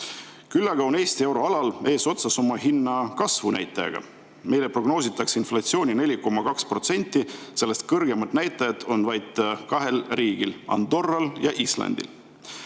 Küll aga on Eesti euroala eesotsas oma hinnakasvu näitajaga: meile prognoositakse 4,2%‑list inflatsiooni. Sellest kõrgemad näitajad on vaid kahes riigis: Andorras ja Islandil.